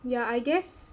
yeah I guess